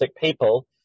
people